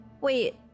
Wait